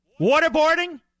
Waterboarding